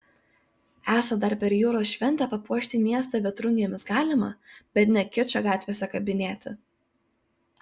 esą dar per jūros šventę papuošti miestą vėtrungėmis galima bet ne kičą gatvėse kabinėti